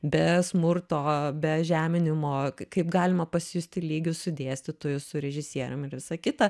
be smurto be žeminimo kaip galima pasijusti lygiu su dėstytoju su režisierium ir visa kita